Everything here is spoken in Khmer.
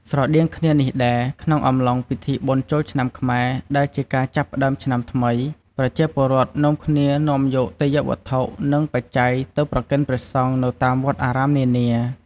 ស្រដៀងគ្នានេះដែរ ក្នុងអំឡុង ពិធីបុណ្យចូលឆ្នាំខ្មែរ ដែលជាការចាប់ផ្ដើមឆ្នាំថ្មី ប្រជាពលរដ្ឋនាំគ្នានាំយកទេយ្យវត្ថុ និងបច្ច័យទៅប្រគេនព្រះសង្ឃនៅតាមវត្តអារាមនានា។